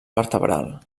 vertebral